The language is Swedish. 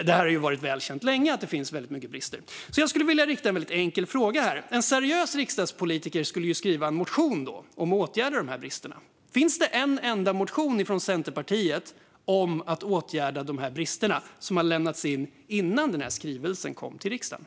Det har varit väl känt länge att det finns väldigt mycket brister. Jag skulle vilja rikta en väldigt enkel fråga till ledamoten. En seriös riksdagspolitiker skulle då skriva en motion om åtgärder mot dessa brister, men finns det en enda motion från Centerpartiet om att åtgärda dessa brister, som har lämnats in innan denna skrivelse kom till riksdagen?